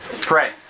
pray